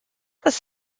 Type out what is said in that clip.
was